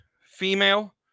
female